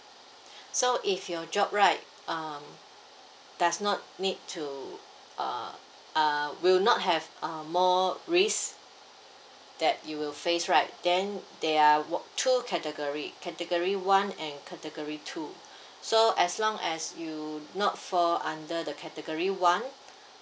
so if your job right um does not need to uh will not have uh more risk that you will face right then they are work two category category one and category two so as long as you not fall under the category one